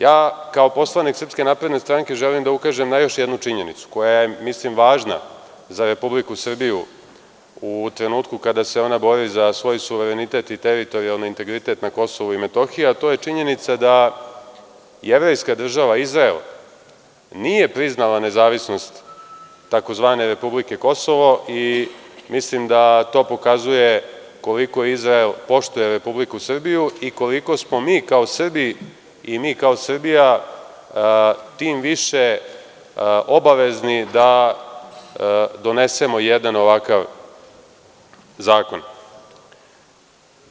Ja kao poslanik SNS želim da ukažem na još jednu činjenicu koja je, mislim, važna za Republiku Srbiju u trenutku kada se ona bori za svoj suverenitet i teritorijalni integritet na Kosovu i Metohiji, a to je činjenica da jevrejska država Izrael nije priznala nezavisnost tzv. „republike Kosovo“ i mislim da to pokazuje koliko Izrael poštuje Republiku Srbiju i koliko smo mi kao Srbi i mi kao Srbija tim više obavezni da donesemo jedan ovakav zakon.